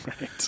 Right